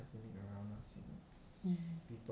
mm